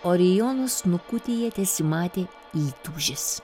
orijono snukutyje tesimatė įtūžis